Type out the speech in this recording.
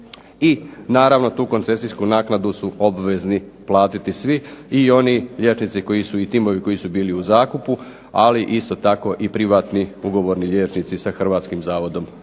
i naravno, tu koncesijsku naknadu su obvezni platiti svi, i oni liječnici i timovi koji su bili u zakupu, ali isto tako i privatni ugovorni liječnici sa Hrvatskim zavodom